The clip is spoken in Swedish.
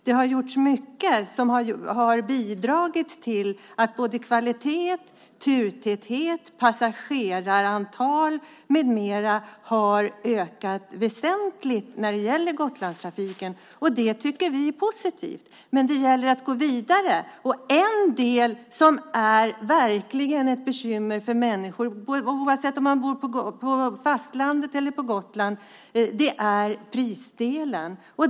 Det har gjorts mycket som har bidragit till att kvalitet, turtäthet, passagerarantal med mera har ökat väsentligt. Det tycker vi är positivt. Det gäller dock att gå vidare. Något som verkligen är ett bekymmer för människor, oavsett om man bor på fastlandet eller på Gotland, är prisfrågan.